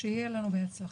שיהיה לנו בהצלחה.